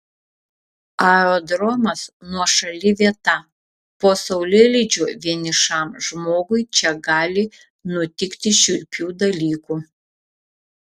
aerodromas nuošali vieta po saulėlydžio vienišam žmogui čia gali nutikti šiurpių dalykų